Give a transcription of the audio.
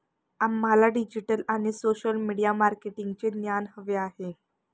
आम्हाला डिजिटल आणि social media मार्केटिंगचे ज्ञान हवे आहे